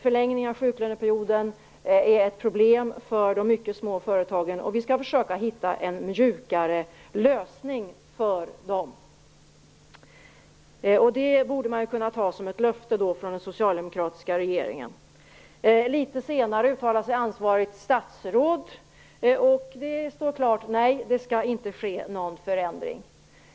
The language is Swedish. Förlängningen av sjuklöneperioden är ett problem för småföretagen, och vi skall försöka att hitta en mjukare lösning för dem. Detta borde man kunna ta som ett löfte från den socialdemokratiska regeringen. Litet senare uttalade sig ansvarigt statsråd. Då stod det klart att det inte skulle ske någon förändring.